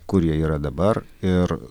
kurie yra dabar ir